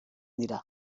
dira